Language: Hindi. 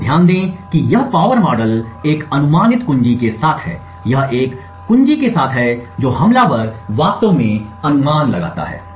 तो ध्यान दें कि यह पावर मॉडल एक अनुमानित कुंजी के साथ है यह एक कुंजी के साथ है जो हमलावर वास्तव में अनुमान लगाता है